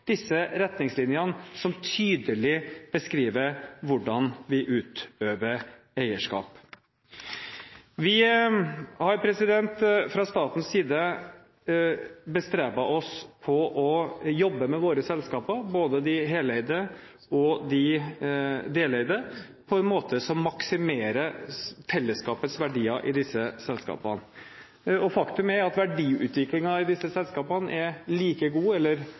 disse retningslinjene som tydelig beskriver hvordan vi utøver eierskap. Vi har fra statens side bestrebet oss på å jobbe med våre selskaper – både de heleide og de deleide – på en måte som maksimerer fellesskapets verdier i disse selskapene. Faktum er at verdiutviklingen i disse selskapene er like god eller